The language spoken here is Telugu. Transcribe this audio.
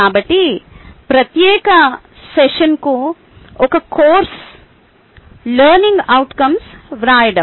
కాబట్టి ఈ ప్రత్యేక సెషన్ ఒక కోర్సు కోసం లెర్నింగ్ అవుట్కంస్ రాయడం